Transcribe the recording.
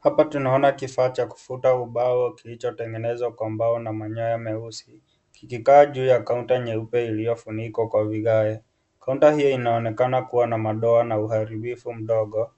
Hapa tunaona kifaa cha kufuta ubao kilichotengenezwa kwa mbao na manyaya meusi. Kikikaa juu ya kaunta nyeupa iliyofunikwa kwa vigae. Kaunta hii inaonekana kuwa na madoa na uharibifu mdogo.